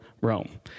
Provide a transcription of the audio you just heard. Rome